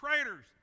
Traitors